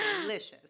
delicious